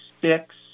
six